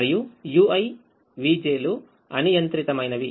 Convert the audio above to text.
మరియు ui vj లుఅనియంత్రితమైనవి